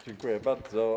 Dziękuję bardzo.